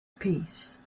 peace